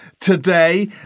today